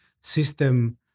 system